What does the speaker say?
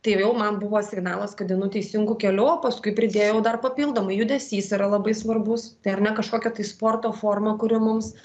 tai ir jau man buvo signalas kad einu teisingu keliu o paskui pridėjau dar papildomai judesys yra labai svarbus tai ar ne kažkokia tai sporto forma kuri mums